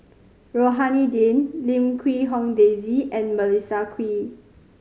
Rohani Din Lim Quee Hong Daisy and Melissa Kwee